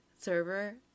server